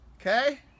Okay